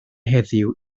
heddiw